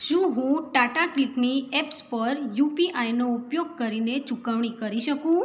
શું હું ટાટાક્લિકની એપ્સ પર યુ પી આઈનો ઉપયોગ કરીને ચૂકવણી કરી શકું